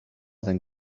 than